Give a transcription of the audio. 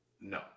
No